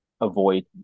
avoid